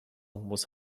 was